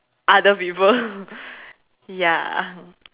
other people ya